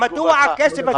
מדוע הכסף הזה